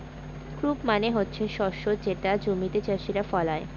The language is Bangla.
ক্রপ মানে হচ্ছে শস্য যেটা জমিতে চাষীরা ফলায়